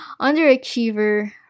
underachiever